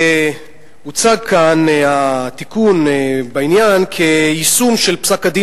הוצג כאן התיקון בעניין כיישום של פסק-הדין